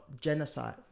genocide